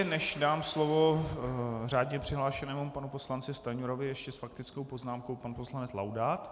Než dám slovo řádně přihlášenému panu poslanci Stanjurovi, ještě s faktickou poznámkou pan poslanec Laudát.